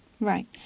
Right